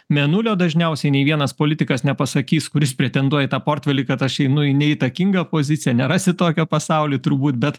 mėnulio dažniausiai nei vienas politikas nepasakys kuris pretenduoja į tą portfelį kad aš einu į neįtakingą poziciją nerasi tokio pasauly turbūt bet